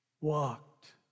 walked